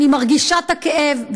אני מרגישה את הכאב,